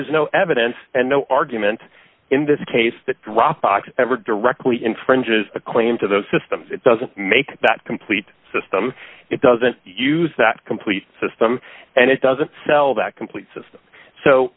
is no evidence and no argument in this case that dropbox ever directly infringes a claim to the system it doesn't make that complete system it doesn't use that complete system and it doesn't sell that completes s